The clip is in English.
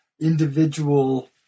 individual